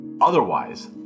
Otherwise